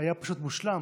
היה פשוט מושלם,